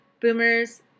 boomers